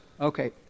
Okay